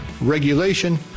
regulation